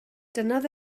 tynnodd